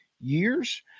years